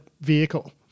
vehicle